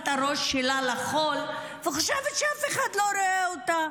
את הראש שלה לחול וחושבת שאף אחד לא רואה אותה.